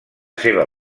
seva